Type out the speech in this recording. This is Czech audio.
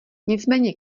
nicméně